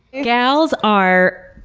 gals are